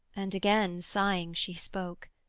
and again sighing she spoke